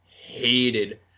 hated